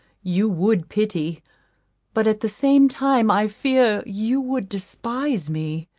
you would pity but at the same time i fear you would despise me.